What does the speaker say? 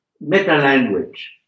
meta-language